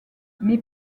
mais